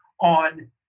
on